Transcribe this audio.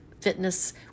fitness